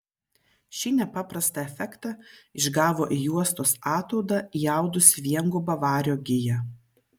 šį nepaprastą efektą išgavo į juostos ataudą įaudusi viengubą vario giją